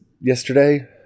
yesterday